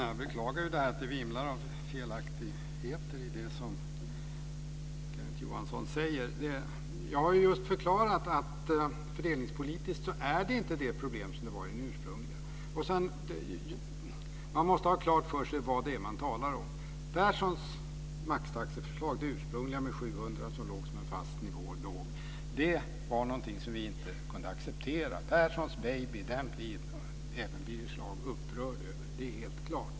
Fru talman! Jag beklagar att det vimlar av felaktigheter i det Kenneth Johansson säger. Jag har just förklarat att det fördelningspolitiskt inte är det problem som det var i det ursprungliga förslaget. Man måste ha klart för sig vad det är man talar om. 700 kr som låg som en fast nivå, var någonting som vi inte kunde acceptera. Perssons baby blir även Birger Schlaug upprörd över. Det är helt klart.